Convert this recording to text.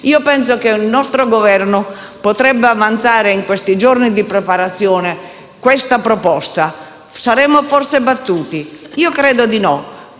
Penso che il nostro Governo potrebbe avanzare, in questi giorni di preparazione, questa proposta. Saremo forse battuti? Io credo di no,